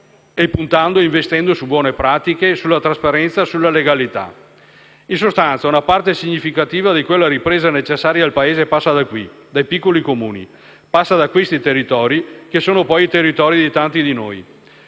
e puntando e investendo su buone pratiche, sulla trasparenza e sulla legalità. In sostanza, una parte significativa di quella ripresa necessaria al Paese passa da qui, dai piccoli Comuni. Passa da questi territori, che, poi, sono i territori di tanti di noi.